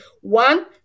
one